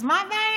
אז מה הבעיה?